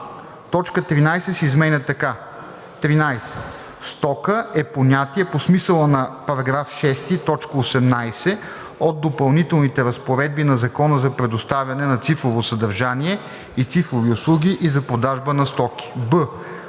точка 13 се изменя така: „13. „Стока“ е понятие по смисъла на § 6, т. 18 от допълнителните разпоредби на Закона за предоставяне на цифрово съдържание и цифрови услуги и за продажба на стоки.“;